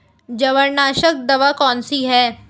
जवारनाशक दवा कौन सी है?